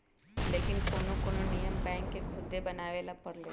लेकिन कोनो कोनो नियम बैंक के खुदे बनावे ला परलई